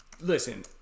listen